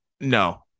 No